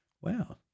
Wow